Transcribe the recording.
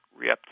reuptake